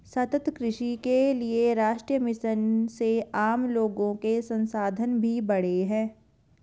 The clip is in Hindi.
सतत कृषि के लिए राष्ट्रीय मिशन से आम लोगो के संसाधन भी बढ़े है